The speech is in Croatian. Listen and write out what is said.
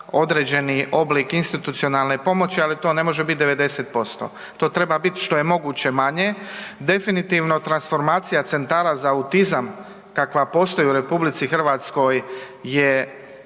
određeni oblik institucionalne pomoći, ali to ne može biti 90%, to treba biti što je moguće manje. Definitivno transformacija centara za autizam kakva postoji u RH je